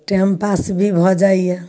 time pass भी भऽ जाइए